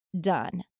done